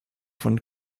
von